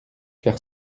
car